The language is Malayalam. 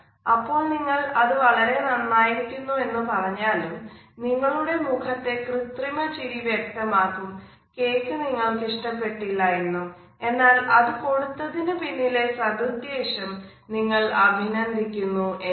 അപ്പോൾ നിങ്ങൾ അത് വളരെ നന്നായിരിക്കുന്നു എന്ന് പറഞ്ഞാലും നിങ്ങളുടെ മുഖത്തെ കൃത്രിമ ചിരി വ്യക്തമാകും കേക്ക് നിങ്ങൾക് ഇഷ്ടപ്പെട്ടില്ല എന്നും എന്നാൽ അത് കൊടുത്തതിനു പിന്നിലെ സദുദ്ദേശം നിങ്ങൾ അഭിനന്ദിക്കുന്നു എന്നും